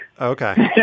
Okay